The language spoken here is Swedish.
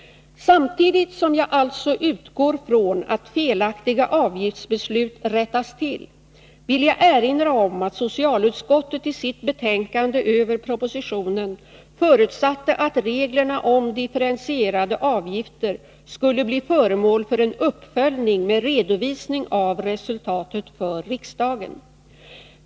Samtidigt som jag alltså utgår från att felaktiga avgiftsbeslut rättas till vill jag erinra om att socialutskottet i sitt betänkande över propositionen förutsatte att reglerna om differentierade avgifter skulle bli föremål för en uppföljning med redovisning av resultatet för riksdagen.